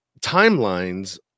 timelines